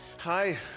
Hi